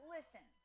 Listen